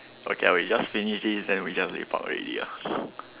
okay ah we just finish this then we just lepak already ah